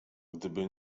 gdyby